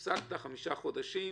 הפסקת, חמישה חודשים,